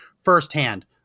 firsthand